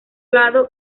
lado